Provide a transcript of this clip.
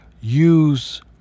use